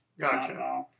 Gotcha